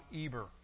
Eber